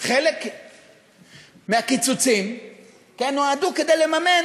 חלק מהקיצוצים נועדו לממן